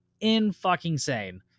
In-fucking-sane